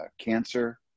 cancer